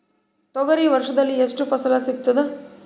ತೊಗರಿ ವರ್ಷದಲ್ಲಿ ಎಷ್ಟು ಫಸಲ ಸಿಗತದ?